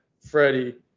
Freddie